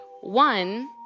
One